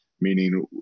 meaning